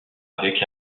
avec